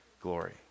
glory